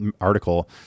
article